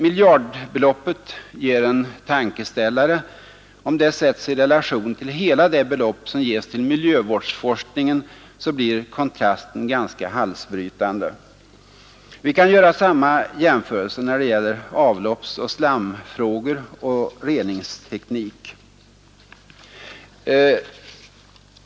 Miljardbeloppet ger en tankeställare. Om det sätts i relation till hela det belopp som ges till miljövårdsforskningen, blir kontrasten halsbrytande. Vi kan göra samma jämförelse när det gäller avloppsoch slamfrågor och reningsteknik.